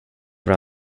bra